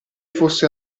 fosse